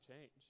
change